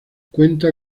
cuenta